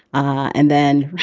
and then i